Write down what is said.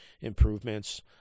improvements